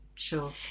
Sure